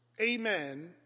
amen